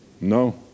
No